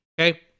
okay